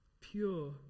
pure